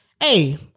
Hey